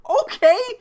Okay